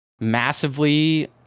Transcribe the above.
massively